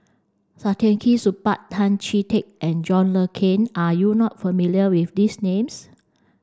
Saktiandi Supaat Tan Chee Teck and John Le Cain are you not familiar with these names